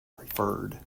preferred